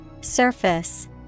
surface